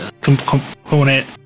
component